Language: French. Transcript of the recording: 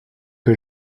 que